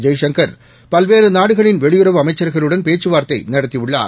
ஜெய்சங்கர் பல்வேறு நாடுகளின் வெளியுறவு அமைச்சர்களுடன் பேச்சுவார்த்தை நடத்தியுள்ளார்